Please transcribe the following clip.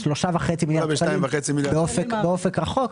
באופק רחוק,